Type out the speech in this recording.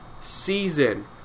season